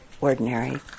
ordinary